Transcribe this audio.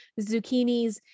zucchinis